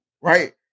right